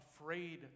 afraid